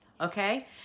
Okay